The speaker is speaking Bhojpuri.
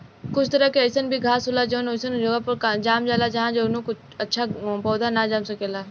कुछ तरह के अईसन भी घास होला जवन ओइसन जगह पर जाम जाला जाहा कवनो अच्छा पौधा ना जाम सकेला